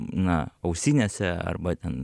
na ausinėse arba ten